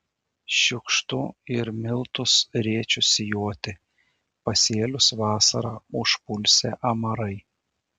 šiukštu ir miltus rėčiu sijoti pasėlius vasarą užpulsią amarai